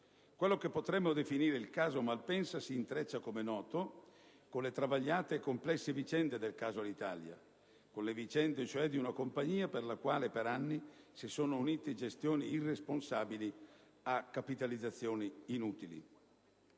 Quello che potremmo definire il caso Malpensa si intreccia, com'è noto, con le travagliate e complesse vicende del caso Alitalia, con le vicende cioè di una compagnia per la quale, per anni, si sono unite gestioni irresponsabili a capitalizzazioni inutili.